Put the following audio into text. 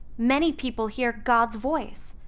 many people hear god's voice